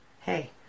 hey